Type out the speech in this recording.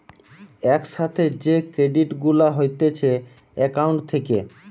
এক সাথে যে ক্রেডিট গুলা হতিছে একাউন্ট থেকে